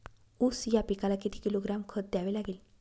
ऊस या पिकाला किती किलोग्रॅम खत द्यावे लागेल?